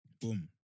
Boom